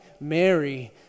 Mary